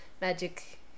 magic